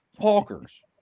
talkers